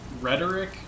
rhetoric